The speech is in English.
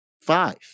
five